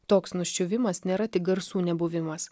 toks nuščiuvimas nėra tik garsų nebuvimas